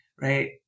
right